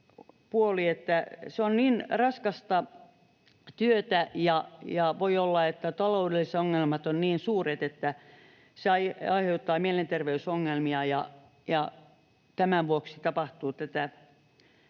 se on niin raskasta työtä, ja voi olla, että taloudelliset ongelmat ovat niin suuret, että se aiheuttaa mielenterveysongelmia ja tämän vuoksi tätä